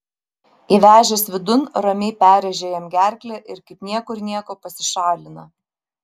įvežęs vidun ramiai perrėžia jam gerklę ir kaip niekur nieko pasišalina